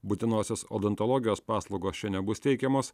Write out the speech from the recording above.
būtinosios odontologijos paslaugos čia nebus teikiamos